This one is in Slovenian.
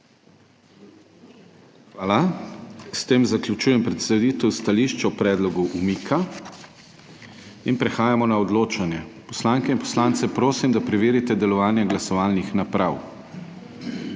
Hvala. S tem zaključujem predstavitev stališč o predlogu umika in prehajamo na odločanje. Poslanke in poslance prosim, da preverijo delovanje glasovalnih naprav.